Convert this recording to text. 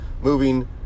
moving